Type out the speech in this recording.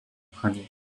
honey